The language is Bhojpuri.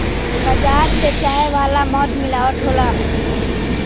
बाजार बेचाए वाला मध मिलावटी होला